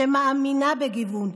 שמאמינה בגיוון,